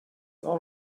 all